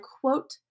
quote